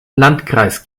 landkreis